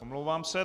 Omlouvám se.